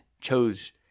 chose